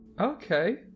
Okay